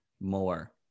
more